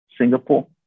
Singapore